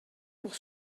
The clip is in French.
pour